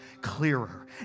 clearer